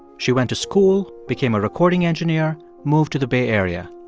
she went to school, became a recording engineer, moved to the bay area.